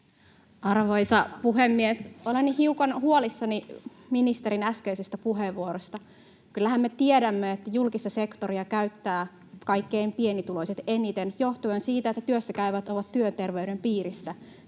Arvoisa puhemies! Olen hiukan huolissani ministerin äskeisestä puheenvuorosta. Kyllähän me tiedämme, että julkista sektoria käyttävät eniten kaikkein pienituloisimmat johtuen siitä, että työssäkäyvät ovat työterveyden piirissä.